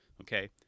okay